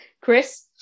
Chris